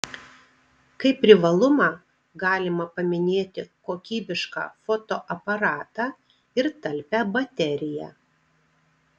kaip privalumą galima paminėti kokybišką fotoaparatą ir talpią bateriją